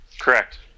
correct